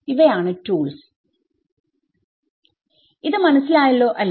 ഇവയാണ് ടൂൾസ് ഇത് മനസ്സിലായല്ലോ അല്ലെ